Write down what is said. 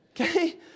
Okay